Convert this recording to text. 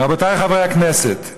רבותי חברי הכנסת,